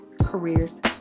careers